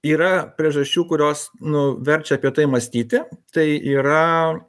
yra priežasčių kurios nu verčia apie tai mąstyti tai yra